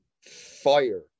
fire